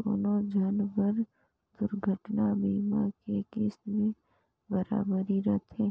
दुनो झन बर दुरघटना बीमा के किस्त में बराबरी रथें